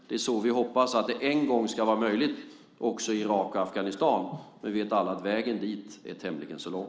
Det är så vi hoppas att det en gång ska vara möjligt också i Irak och Afghanistan. Men vi vet alla att vägen dit är tämligen lång.